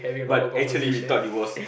but actually we thought it was